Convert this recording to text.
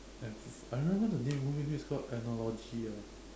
I I remember the name movie is called analogy ah